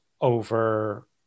over